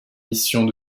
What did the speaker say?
missions